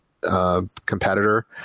competitor